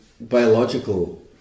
biological